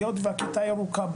היות והכיתה הירוקה,